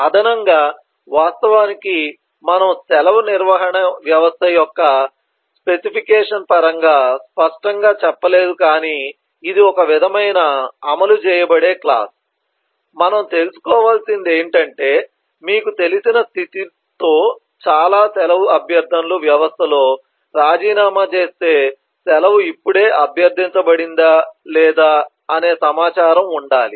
అదనంగా వాస్తవానికి మనము సెలవు నిర్వహణ వ్యవస్థ యొక్క స్పెసిఫికేషన్ పరంగా స్పష్టంగా చెప్పలేదు కాని ఇది ఒక విధమైన అమలు చేయబడే క్లాస్ మనం తెలుసుకోవలసినది ఏమిటంటే మీకు తెలిసిన స్థితి తో చాలా సెలవు అభ్యర్థనలు వ్యవస్థలో రాజీనామా చేస్తే సెలవు ఇప్పుడే అభ్యర్థించబడిందా లేదా అనే సమాచారం ఉండాలి